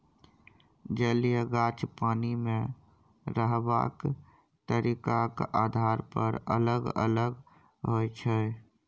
जलीय गाछ पानि मे रहबाक तरीकाक आधार पर अलग अलग होइ छै